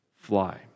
fly